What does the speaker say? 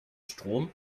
strom